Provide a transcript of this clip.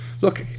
look